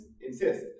insist